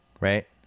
right